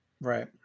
Right